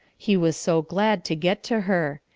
he was so glad to get to her.